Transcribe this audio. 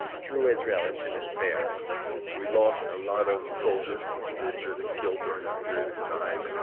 threw israel into despair we lost a lot of soldiers injured and killed during that period of time, and and,